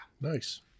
nice